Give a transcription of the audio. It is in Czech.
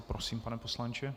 Prosím, pane poslanče.